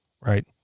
right